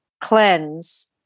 cleanse